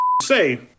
say